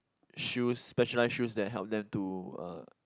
shoes specialized shoes that help them to uh